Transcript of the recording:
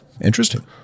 Interesting